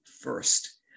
first